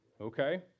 okay